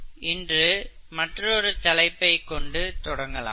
இன்று மற்றொரு தலைப்பைக் கொண்டு தொடங்கலாம்